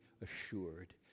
assured